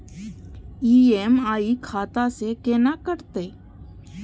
EMI खाता से केना कटते?